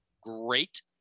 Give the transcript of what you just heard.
Great